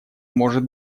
может